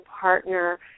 partner